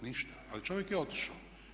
Ništa, ali čovjek je otišao.